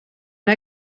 una